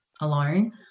alone